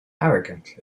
arrogantly